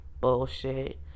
bullshit